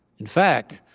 in fact,